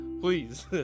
please